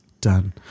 done